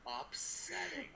upsetting